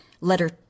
letter